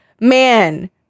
man